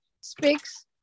speaks